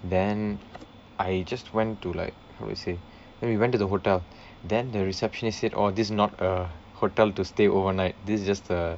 then I just went to like who is it then we went to the hotel then the receptionist said oh this is not a hotel to stay overnight this is just a